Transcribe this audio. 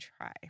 try